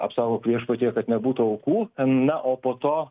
apsaugok viešpatie kad nebūtų aukų na o po to